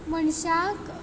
मनशाक